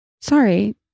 Sorry